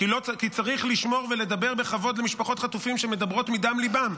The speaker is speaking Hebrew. כי צריך לשמור ולדבר בכבוד למשפחות חטופים שמדברות מדם ליבן,